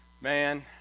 man